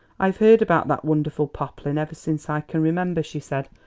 i've heard about that wonderful poplin ever since i can remember, she said.